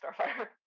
starfire